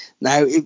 Now